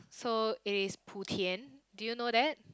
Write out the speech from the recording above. so it is Putien do you know that